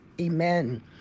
amen